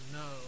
no